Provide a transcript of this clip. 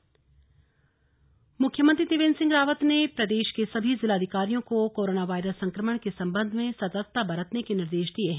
सतर्कता मुख्यमंत्री त्रिवेन्द्र सिंह रावत ने प्रदेश के सभी जिलाधिकारियों को कोरोना वायरस संक्रमण के संबंध में सतर्कता बरतने के निर्देश दिए हैं